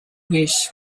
wish